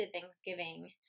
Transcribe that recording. Thanksgiving